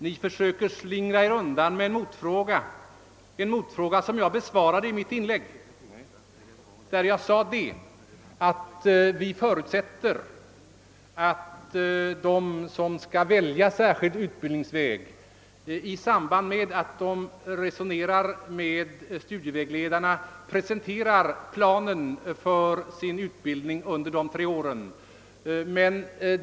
Ni försöker slingra Er undan med en motfråga, en motfråga som jag besvarade i mitt tidigare inlägg där jag framhöll att vi förutsätter, att de som väljer särskild utbildningsväg i samband med att de resonerar med studievägledarna presenterar planen för sin utbildning under de tre åren.